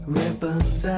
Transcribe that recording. ribbons